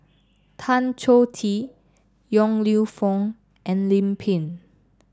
Tan Choh Tee Yong Lew Foong and Lim Pin